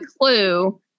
clue